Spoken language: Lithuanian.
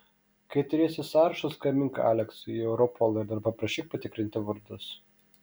kai turėsi sąrašus skambink aleksui į europolą ir paprašyk patikrinti vardus